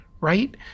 right